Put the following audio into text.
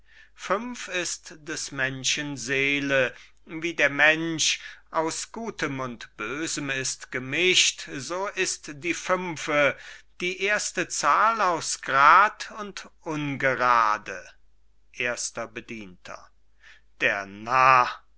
fünf ist des menschen seele wie der mensch aus gutem und bösem ist gemischt so ist die fünfe die erste zahl aus grad und ungerade erster bedienter der narr